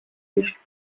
nicht